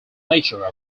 nature